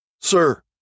Sir